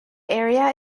area